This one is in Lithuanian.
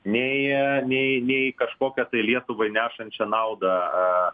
nei nei nei kažkokią tai lietuvai nešančią naudą